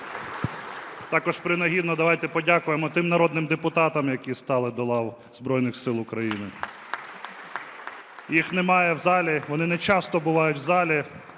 Також принагідно давайте подякуємо тим народним депутатам, які стали до лав Збройних Сил України. (Оплески) Їх немає в залі, вони нечасто бувають в залі,